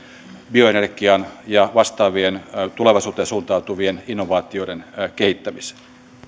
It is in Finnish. bioenergian ja vastaavien tulevaisuuteen suuntautuvien innovaatioiden kehittämiseen